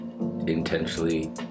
intentionally